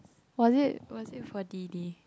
was it was it for Dee Dee